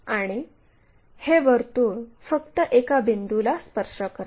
आणि हे वर्तुळ फक्त एका बिंदूला स्पर्श करते